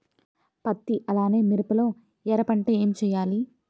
పత్తి అలానే మిరప లో ఎర పంట ఏం వేయాలి?